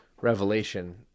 revelation